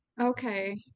Okay